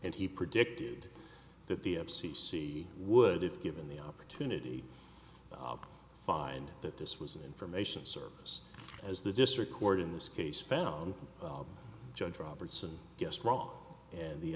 and he predicted that the of c c would if given the opportunity find that this was an information service as the district court in this case found judge robertson guessed wrong and the